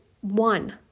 one